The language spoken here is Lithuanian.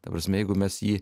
ta prasme jeigu mes jį